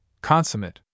consummate